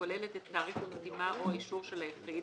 הכוללת את תאריך החתימה או האישור של היחיד,